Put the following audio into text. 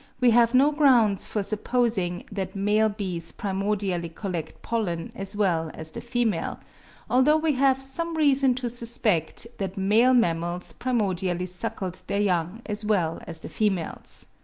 we have no grounds for supposing that male bees primordially collected pollen as well as the females although we have some reason to suspect that male mammals primordially suckled their young as well as the females.